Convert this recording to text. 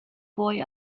boy